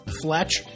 Fletch